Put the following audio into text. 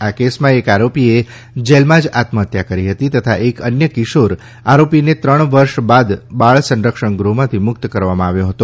આ કેસમાં એક આરોપીએ જેલમાં જ આત્મહત્યા કરી હતી તથા એક અન્ય કિશોર આરોપીને ત્રણ વર્ષ બાદ બાળ સંરક્ષણ ગૃહમાંથી મુક્ત કરવામાં આવ્યો હતો